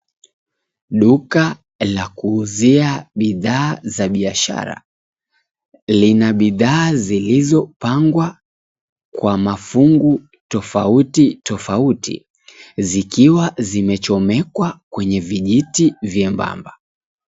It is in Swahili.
Duka la kuuzia bidhaa za biashara. Lina bidhaa zilizopangwa kwa mafungu tofauti tofauti zikiwa zimechomekwa kwenye vijiti vyembamba.